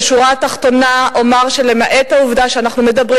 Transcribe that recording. בשורה התחתונה אומר שלמעט העובדה שאנחנו מדברים